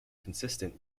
consistent